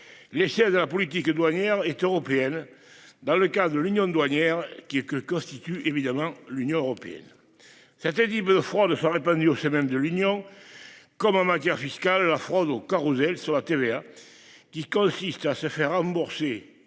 chefs de la politique douanière est européenne. Dans le cas de l'union douanière qui est que constitue évidemment l'Union européenne. Ça été dit beuh froid de répandu au sein même de l'Union. Comme en matière fiscale la fraude au Carrousel sur la TVA. Qui consiste à se faire rembourser